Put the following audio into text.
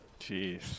jeez